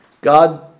God